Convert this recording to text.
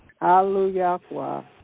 Hallelujah